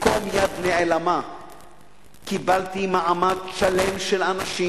במקום יד נעלמה קיבלתי מעמד שלם של אנשים